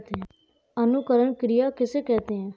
अंकुरण क्रिया किसे कहते हैं?